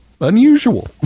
unusual